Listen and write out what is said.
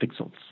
pixels